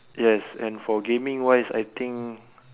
yes and for gaming wise I think